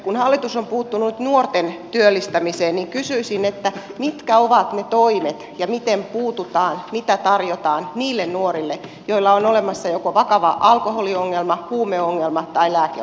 kun hallitus on puuttunut nuorten työllistämiseen kysyisin mitkä ovat ne toimet ja miten puututaan mitä tarjotaan niille nuorille joilla on olemassa joko vakava alkoholiongelma huumeongelma tai lääkeongelma